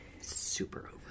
Super